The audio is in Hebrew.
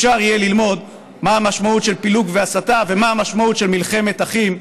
אפשר יהיה ללמוד מה המשמעות של פילוג והסתה ומה המשמעות של: מלחמת אחים,